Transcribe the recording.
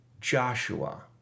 Joshua